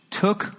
took